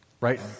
right